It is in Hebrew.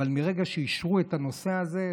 אבל מרגע שאישרו את הנושא הזה,